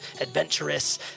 adventurous